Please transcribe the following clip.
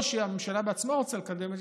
או שהממשלה בעצמה רוצה לקדם את זה,